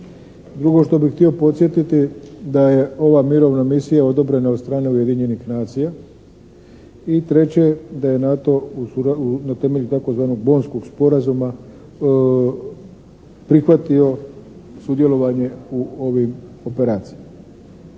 Drugo što bi htio podsjetiti da je ova mirovna misija odobrena od strane Ujedinjenih nacija i treće, da je NATO na temelju tzv. Bonskog sporazuma prihvatio sudjelovanje u ovim operacijama.